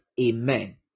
Amen